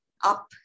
up